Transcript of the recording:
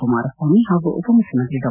ಕುಮಾರಸ್ವಾಮಿ ಹಾಗೂ ಉಪಮುಖ್ಯಮಂತ್ರಿ ಡಾ